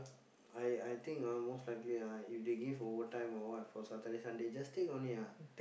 I I think ah most likely ah if they give overtime or what for Saturday and Sunday just take only ah